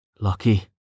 Lucky